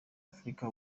afurika